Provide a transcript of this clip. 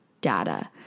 data